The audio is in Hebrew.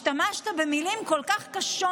השתמשת במילים כל כך קשות,